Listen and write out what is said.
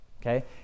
Okay